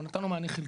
או נתנו מענה חלקי.